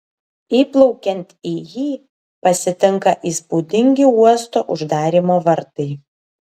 įplaukiant į jį pasitinka įspūdingi uosto uždarymo vartai